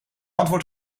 antwoord